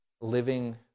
living